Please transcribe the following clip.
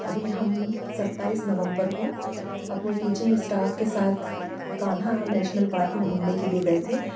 अभी हम सताईस नवंबर को अपने टीचिंग स्टाफ के साथ कान्हा नेशनल पार्क घूमने के लिए गए थे